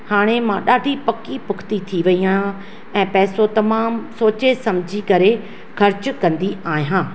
हाणे मां ॾाढी पकी पुख़्ती थी वेई आहियां ऐं पैसो तमामु सोचे समुझी करे ख़र्चु कंदी आहियां